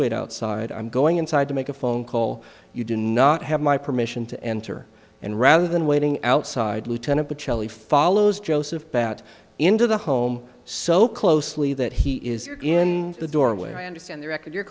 wait outside i'm going inside to make a phone call you do not have my permission to enter and rather than waiting outside lieutenant the celli follows joseph back into the home so closely that he is in the doorway i understand the record your